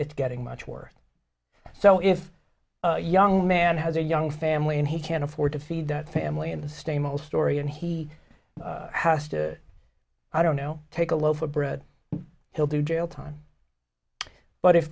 it's getting much worse so if a young man has a young family and he can't afford to feed that family and stamos story and he has to i don't know take a loaf of bread he'll do jail time but if